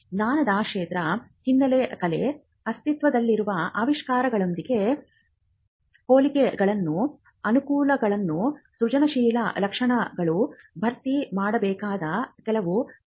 ಜ್ಞಾನದ ಕ್ಷೇತ್ರ ಹಿನ್ನೆಲೆ ಕಲೆ ಅಸ್ತಿತ್ವದಲ್ಲಿರುವ ಆವಿಷ್ಕಾರಗಳೊಂದಿಗೆ ಹೋಲಿಕೆಗಳು ಅನುಕೂಲಗಳು ಸೃಜನಶೀಲ ಲಕ್ಷಣಗಳು ಭರ್ತಿ ಮಾಡಬೇಕಾದ ಕೆಲವು ಕ್ಷೇತ್ರಗಳು